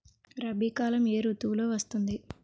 రబీ కాలం ఏ ఋతువులో వస్తుంది?